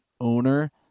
owner